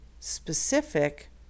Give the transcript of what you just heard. specific